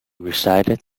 resided